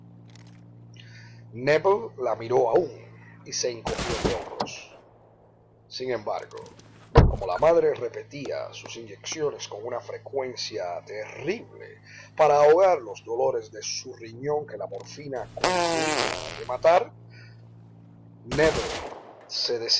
la miró aún y se encogió de hombros si embargo como la madre repetía sus inyecciones con una frecuencia terrible para ahogar los dolores de su riñón que la morfina concluía de matar nébel se